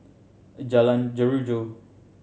Jalan Jeruju